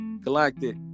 Galactic